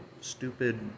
stupid